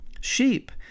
sheep